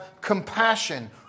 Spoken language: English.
compassion